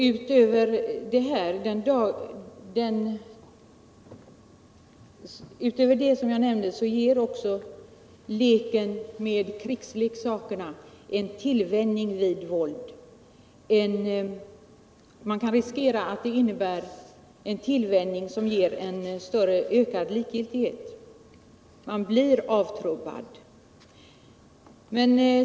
Utöver det jag nämnde ger också leken med krigsleksakerna en tillvänjning vid våld. Man kan riskera att det innebär en tillvänjning som ger en ökad likgiltighet — man blir avtrubbad.